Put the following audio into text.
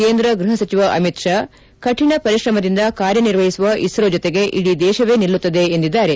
ಕೇಂದ್ರ ಗೃಹ ಸಚಿವ ಅಮಿತ್ ಶಾ ಕಠಿಣ ಪರಿಶ್ರಮದಿಂದ ಕಾರ್ಯ ನಿರ್ವಹಿಸುವ ಇಸ್ತೋ ಜೊತೆಗೆ ಇಡೀ ದೇಶವೇ ನಿಲ್ಲುತ್ತದೆ ಎಂದಿದ್ದಾರೆ